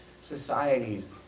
societies